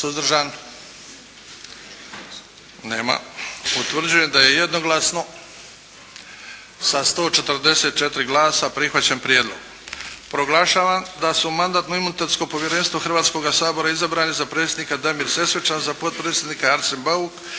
Suzdržan? Nema. Utvrđujem da je jednoglasno sa 144 glasa prihvaćen prijedlog. Proglašavam da su u Mandatno-imunitetsko povjerenstvo Hrvatskoga sabora izabrani: Za predsjednika Damir Sesvečan, za potpredsjednika Arsen Bauk,